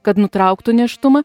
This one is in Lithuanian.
kad nutrauktų nėštumą